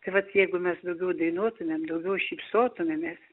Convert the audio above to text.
tai vat jeigu mes daugiau dainuotumėm daugiau šypsotumėmės